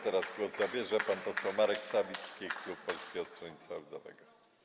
Teraz głos zabierze pan poseł Marek Sawicki, klub Polskiego Stronnictwa Ludowego.